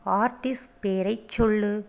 artist பேரைச் சொல்